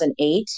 2008